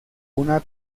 una